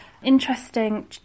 interesting